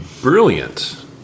brilliant